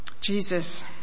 Jesus